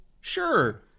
sure